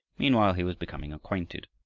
meanwhile, he was becoming acquainted.